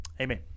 Amen